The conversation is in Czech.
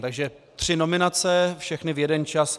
Takže tři nominace, všechny v jeden čas.